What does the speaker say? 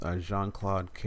Jean-Claude